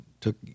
took